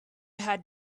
had